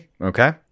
Okay